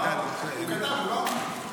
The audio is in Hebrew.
הוא כתב, הוא לא אמר.